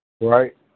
right